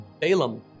Balaam